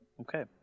Okay